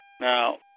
Now